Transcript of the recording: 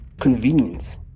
convenience